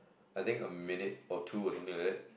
I think a minute or two or something like that